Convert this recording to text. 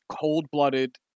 cold-blooded